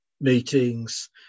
meetings